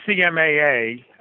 CMAA